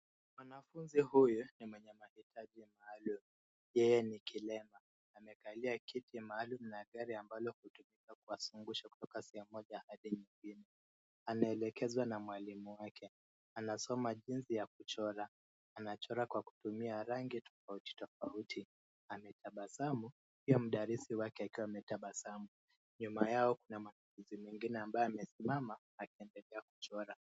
Mwanfunzi huyu ni mwenye mahitaji maalum. Yeye ni kilema. Amekalia kiti maalum na gari ambalo hutumika kuwazungusha kutoka sehemu moja hadi nyingine. Anaelekezwa na mwalimu wake. Anasoma jinsi ya kuchora. Anachora kwa kutumia rangi tofauti tofauti .Ametabasamu pia mdarisi wake akiwa ametabasamu. Nyuma yao kuna mwanafunzi mwingine ambaye amesimama akiendelea kuchora.